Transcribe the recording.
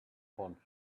stones